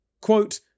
Quote